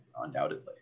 undoubtedly